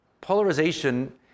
polarization